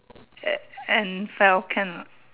and and fell can or not